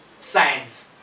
science